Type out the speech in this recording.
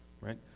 right